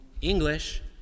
English